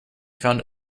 found